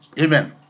Amen